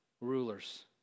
rulers